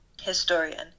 historian